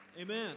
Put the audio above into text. Amen